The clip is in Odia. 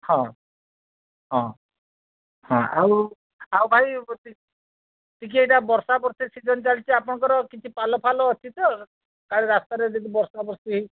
ହଁ ହଁ ହଁ ଆଉ ଆଉ ଭାଇ ଟିକେ ଏଇଟା ବର୍ଷା ବର୍ଷି ସିଜିନ୍ ଚାଲିଛି ଆପଣଙ୍କର କିଛି ପାଲ ଫାଲ ଅଛି ତ କାଳେ ରାସ୍ତାରେ ଯଦି ବର୍ଷା ବର୍ଷି ହୋଇ